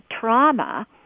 trauma